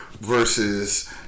versus